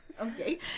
Okay